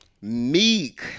Meek